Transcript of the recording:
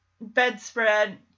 bedspread